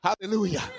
Hallelujah